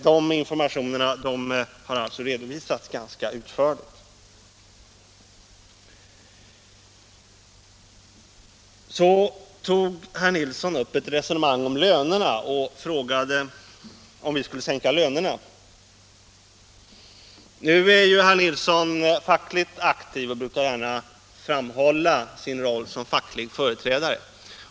Så tog herr Nilsson upp ett resonemang om lönerna och frågade om vi skulle sänka lönerna. Nu är ju herr Nilsson fackligt aktiv och framhåller gärna sin roll som facklig företrädare.